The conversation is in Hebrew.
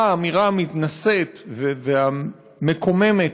האמירה המתנשאת והמקוממת